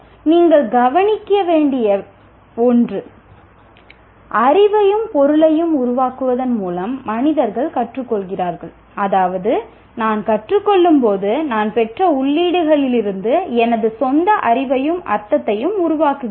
நீங்கள் கவனிக்க வேண்டிய ஒன்று அறிவையும் பொருளையும் உருவாக்குவதன் மூலம் மனிதர்கள் கற்றுக்கொள்கிறார்கள் அதாவது நான் கற்றுக் கொள்ளும்போது நான் பெற்ற உள்ளீடுகளிலிருந்து எனது சொந்த அறிவையும் அர்த்தத்தையும் உருவாக்குகிறேன்